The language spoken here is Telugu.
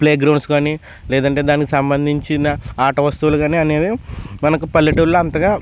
ప్లే గ్రౌండ్స్ కానీ లేదంటే దానికి సంబంధించిన ఆట వస్తువులు కానీ అనేది మనకు పల్లెటూర్లో అంతగా